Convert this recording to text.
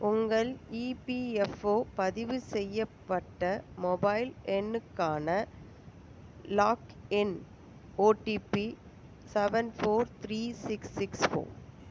உங்கள் இபிஎஃப்ஓ பதிவு செய்யப்பட்ட மொபைல் எண்ணுக்கான login OTP seven four three six six four